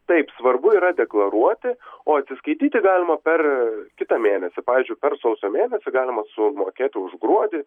taip svarbu yra deklaruoti o atsiskaityti galima per kitą mėnesį pavyzdžiui per sausio mėnesį galima sumokėti už gruodį